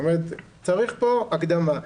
צריך פה הקדמה.